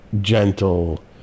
Gentle